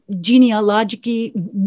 genealogically